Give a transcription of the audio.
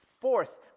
Fourth